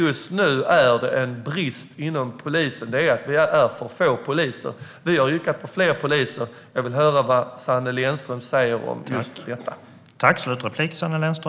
Just nu är det en brist inom polisen; det är för få poliser. Vi har yrkat på att det ska bli fler poliser. Jag vill höra vad Sanne Lennström säger om just detta.